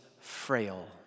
frail